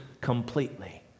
completely